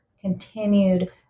continued